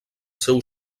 seu